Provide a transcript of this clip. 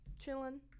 chilling